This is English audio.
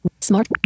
Smart